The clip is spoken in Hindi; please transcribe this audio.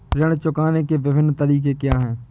ऋण चुकाने के विभिन्न तरीके क्या हैं?